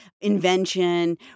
invention